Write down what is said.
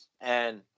and-